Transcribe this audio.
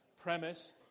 premise